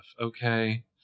okay